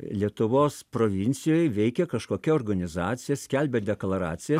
lietuvos provincijoj veikia kažkokia organizacija skelbia deklaraciją